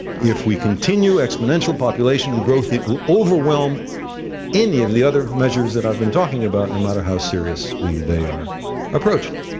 if we continue exponential population growth it would overwhelm any of the other measures that i've been talking about, no matter how seriously they are approached.